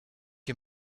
you